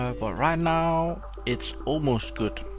ah but right now, it's almost good.